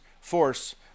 force